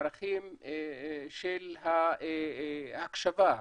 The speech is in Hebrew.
הערכים של ההקשבה,